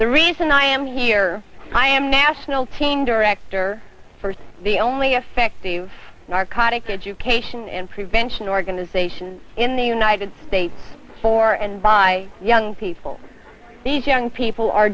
the reason i am here i am national team director for the only effective narcotics education and prevention organization in the united states for and by young people these young people are